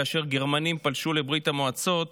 כאשר הגרמנים פלשו לברית המועצות.